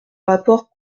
rapport